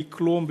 בלי כלום,